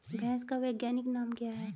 भैंस का वैज्ञानिक नाम क्या है?